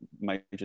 major